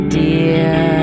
dear